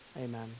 Amen